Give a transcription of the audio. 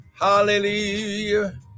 Hallelujah